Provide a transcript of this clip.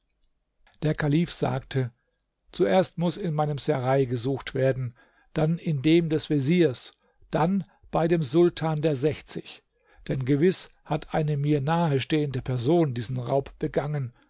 der kalif sagte zuerst muß in meinem serail gesucht werden dann in dem des veziers dann bei dem sultan der sechzig denn gewiß hat eine mir nahe stehende person diesen raub begangen